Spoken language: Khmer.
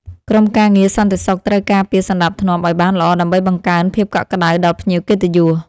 ក្រុមការងារសន្តិសុខត្រូវការពារសណ្ដាប់ធ្នាប់ឱ្យបានល្អដើម្បីបង្កើនភាពកក់ក្ដៅដល់ភ្ញៀវកិត្តិយស។